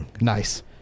Nice